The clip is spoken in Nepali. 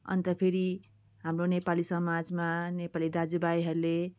अन्त फेरि हाम्रो नेपाली समाजमा नेपाली दाजु भाइहरूले